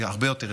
הרבה יותר,